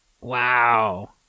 Wow